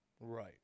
Right